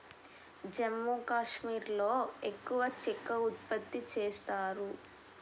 జమ్మూ కాశ్మీర్లో ఎక్కువ చెక్క ఉత్పత్తి చేస్తారు